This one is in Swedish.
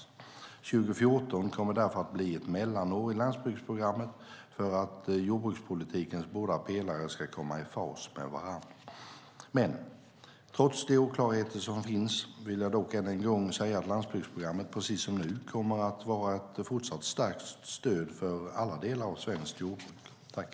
År 2014 kommer därför att bli ett mellanår i landsbygdsprogrammet för att jordbrukspolitikens båda pelare ska komma i fas med varandra. Trots de oklarheter som finns vill jag dock än en gång säga att landsbygdsprogrammet, precis som nu, kommer att vara ett fortsatt starkt stöd för alla delar av svenskt jordbruk.